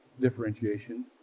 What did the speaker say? differentiation